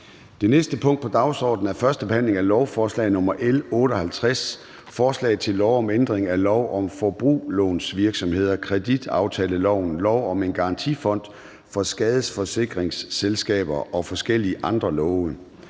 Det næste punkt på dagsordenen er: 21) 1. behandling af lovforslag nr. L 58: Forslag til lov om ændring af lov om forbrugslånsvirksomheder, kreditaftaleloven, lov om en garantifond for skadesforsikringsselskaber og forskellige andre love.